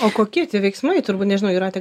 o kokie tie veiksmai turbūt nežinau jūrate